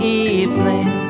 evening